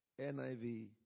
NIV